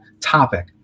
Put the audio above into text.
topic